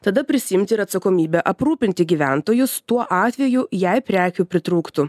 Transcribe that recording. tada prisiimti ir atsakomybę aprūpinti gyventojus tuo atveju jei prekių pritrūktų